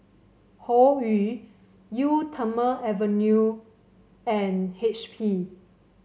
Hoyu Eau Thermale Avene and H P